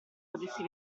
potessi